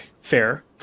fair